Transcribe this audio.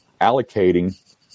allocating